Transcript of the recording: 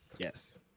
yes